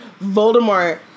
Voldemort